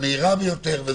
המהירה ביותר.